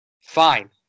Fine